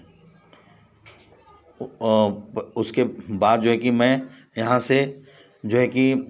उसके बाद जो है कि मैं यहाँ से जो है कि